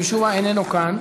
שמשום מה איננו כאן.